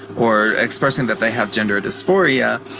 or expressing that they have gender dysphoria.